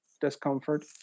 discomfort